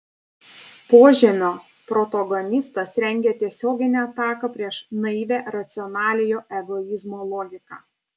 požemio protagonistas rengia tiesioginę ataką prieš naivią racionaliojo egoizmo logiką